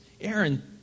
Aaron